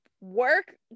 work